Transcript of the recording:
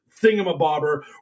thingamabobber